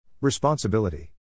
Responsibility